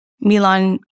Milan